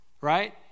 right